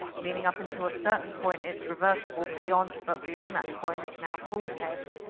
meaning up into a certain point, it's reversible, but yon but beyond that point now called heds,